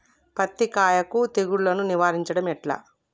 పత్తి కాయకు తెగుళ్లను నివారించడం ఎట్లా?